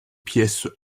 pièces